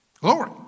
Glory